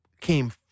Came